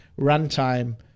runtime